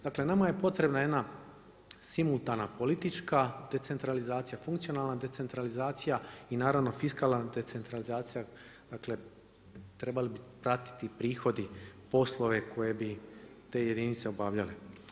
Dakle, nam je potreban jedna simultana politička decentralizacija, funkcionalna decentralizacija, i naravno decentralizacija, dakle trebali bi pratiti prihode, poslove koje bi te jedinice obavljale.